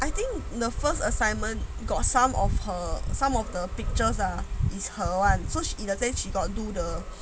I think the first assignment got some of her some of the pictures ah is her one so she pretend she got do the